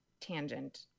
tangent